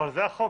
אבל זה החוק.